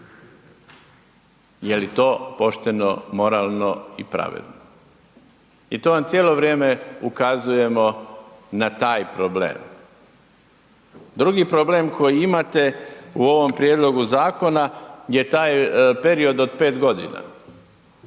Je li to pošteno, moralno i pravedno? I to vam cijelo vrijeme ukazujemo na taj problem. Drugi problem koji imate u ovom prijedlogu zakona je taj period od 5.g.